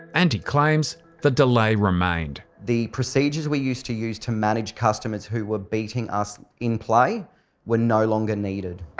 and he claims the delay remained. the procedures we used to use to manage customers who were beating us in-play were no longer needed.